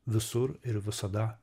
visur ir visada